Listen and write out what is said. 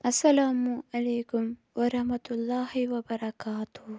اَلسلامُ علیکُم وَرحمتُہ اللہِ وَبَرکاتہوٗ